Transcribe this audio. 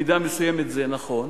ובמידה מסוימת זה נכון,